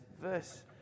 verse